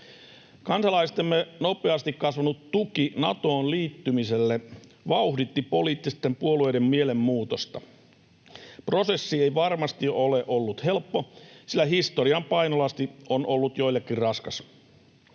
Kansalaistemme nopeasti kasvanut tuki Natoon liittymiselle vauhditti poliittisten puolueiden mielenmuutosta. Prosessi ei varmasti ole ollut helppo, sillä historian painolasti on ollut joillekin raskas.